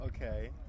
Okay